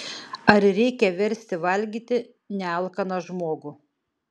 ar reikia versti valgyti nealkaną žmogų